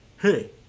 Hey